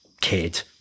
kid